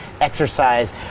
exercise